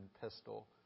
pistol